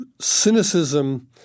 cynicism